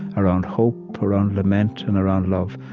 around hope, around lament, and around love,